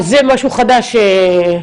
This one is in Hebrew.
אז זה משהו חדש שנכנס.